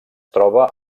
troba